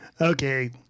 Okay